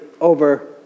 over